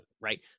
right